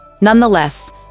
Nonetheless